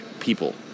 people